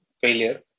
failure